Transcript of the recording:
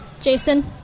Jason